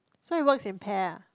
so it works in pair